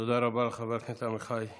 תודה רבה לחבר הכנסת עמיחי אליהו.